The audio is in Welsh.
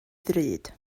ddrud